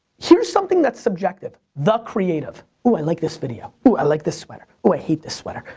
here's something that's subjective. the creative. ooh, i like this video. ooh, i like this sweater. ooh i hate this sweater.